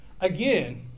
again